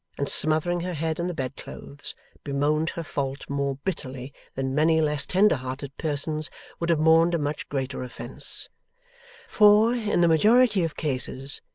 and smothering her head in the bed-clothes bemoaned her fault more bitterly than many less tender-hearted persons would have mourned a much greater offence for, in the majority of cases,